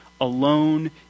alone